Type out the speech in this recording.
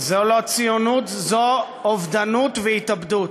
זו לא ציונות, זו אובדנות והתאבדות.